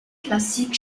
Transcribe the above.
classique